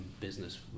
business